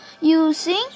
using